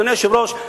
אדוני היושב-ראש,